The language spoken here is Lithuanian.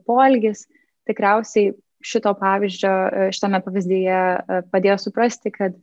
poelgis tikriausiai šito pavyzdžio šitame pavyzdyje padėjo suprasti kad